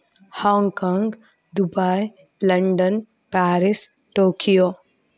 Hong Kong Dubai London Paris Tokyo